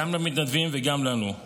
גם למתנדבים וגם לנו: